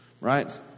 Right